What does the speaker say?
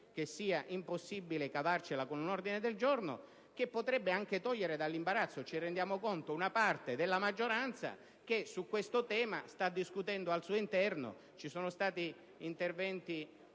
che sia impossibile cavarcela con un ordine del giorno che potrebbe anche togliere dall'imbarazzo - ce ne rendiamo conto - una parte della maggioranza che sta discutendo al suo interno su questo tema. Ci sono stati interventi